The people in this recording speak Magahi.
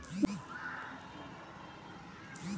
डेबिट कार्ड आर टी.एम कार्ड में की अंतर है?